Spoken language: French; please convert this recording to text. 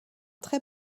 très